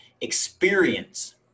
experience